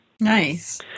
Nice